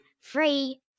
free